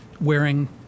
wearing